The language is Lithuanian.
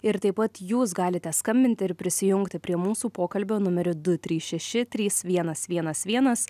ir taip pat jūs galite skambinti ir prisijungti prie mūsų pokalbio numeriu du trys šeši trys vienas vienas vienas